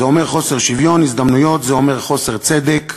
זה אומר חוסר שוויון הזדמנויות, זה אומר חוסר צדק,